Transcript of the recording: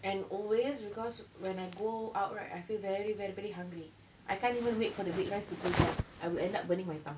and always because when I go out right I feel very very very hungry I can't even wait for the baked rice to cool down I will end up burning my tongue